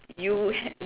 you